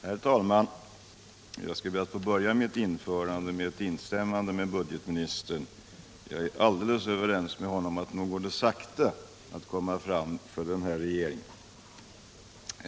Herr talman! Jag skall be att få börja mitt anförande med att instämma med budgetministern. Jag är alldeles överens med honom om att det går sakta att komma fram för den borgerliga regeringen.